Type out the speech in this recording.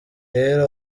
rero